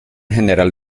general